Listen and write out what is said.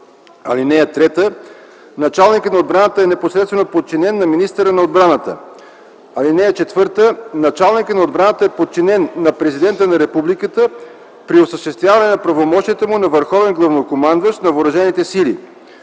години. (3) Началникът на отбраната е непосредствено подчинен на министъра на отбраната. (4) Началникът на отбраната е подчинен на Президента на Републиката при осъществяване на правомощията му на върховен